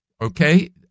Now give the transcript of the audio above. Okay